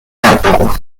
cartago